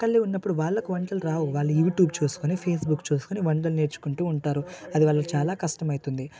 ఒకరే ఉన్నప్పుడు వాళ్లకి వంటలు రావు వాళ్ళు యూట్యూబ్ చూసుకొని ఫేస్బుక్ చూసుకొని వంటలు నేర్చుకుంటుఉంటారు అది వాళ్ళకి చాలా కష్టం అవుతుంది